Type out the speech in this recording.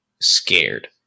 Scared